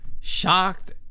shocked